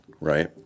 right